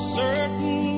certain